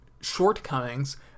shortcomings